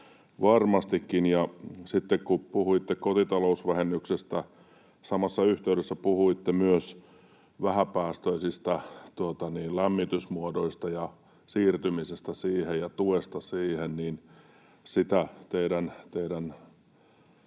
varmastikin. Sitten kun puhuitte kotitalousvähennyksestä, samassa yhteydessä puhuitte myös vähäpäästöisistä lämmitysmuodoista ja siirtymisestä niihin ja tuesta siihen. Sitä teidän